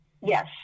Yes